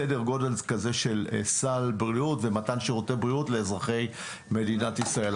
לכזה סדר גודל של סל בריאות ומתן שירותי בריאות לאזרחי מדינת ישראל.